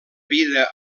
vida